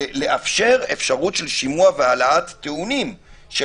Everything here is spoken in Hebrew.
צריך לאפשר שימוע והעלאת טיעונים של